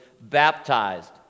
baptized